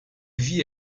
vit